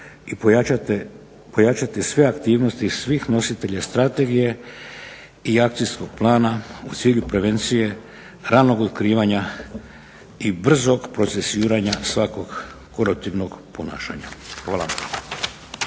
i pojačati sve aktivnosti svih nositelja strategije i akcijskog plana u cilju prevencije ranog otkrivanja i brzog procesuiranja svakog koruptivnog ponašanja. Hvala.